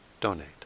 donate